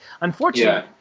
Unfortunately